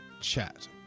chat